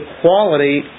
quality